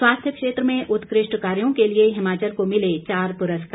स्वास्थ्य क्षेत्र में उत्कृष्ट कार्यों के लिए हिमाचल को मिले चार पुरस्कार